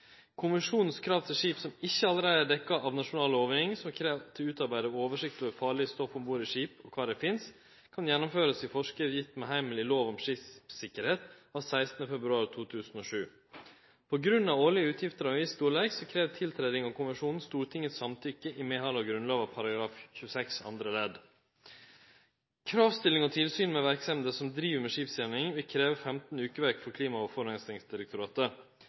Konvensjonens krav til skip som ikkje allereie er dekt av nasjonal lovgiving, som krev at det er utarbeidd oversikt over farlege stoff om bord i skip og kvar det finst, kan verte gjennomførte i forskrift gitt med heimel i lov om skipssikkerheit av 16. februar 2007. På grunn av årlege utgifter av ein viss storleik, krev tiltreding av konvensjonen Stortingets samtykke, med heimel i Grunnlova § 26, andre ledd. Kravstilling og tilsyn med verksemder som driv med skipsgjenvinning, vil krevje 15 vekeverk for Klima- og